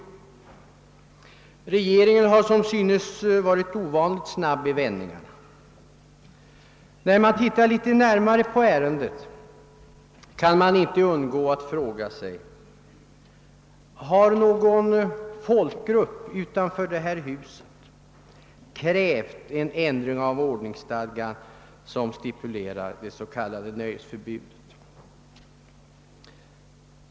Regeringen har som synes varit ovanligt snabb i vändningarna. När man tittar litet närmare på ärendet kan man inte undgå att fråga: Har någon folkgrupp utanför det här huset krävt en ändring av den ordningsstadga som stipulerar det s.k. nöjesförbudet?